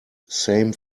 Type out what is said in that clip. same